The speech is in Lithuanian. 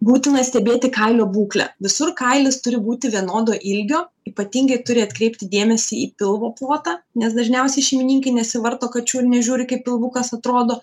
būtina stebėti kailio būklę visur kailis turi būti vienodo ilgio ypatingai turi atkreipti dėmesį į pilvo plotą nes dažniausiai šeimininkai nesivarto kačių ir nežiūri kaip pilvukas atrodo